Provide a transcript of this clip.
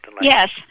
yes